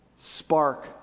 spark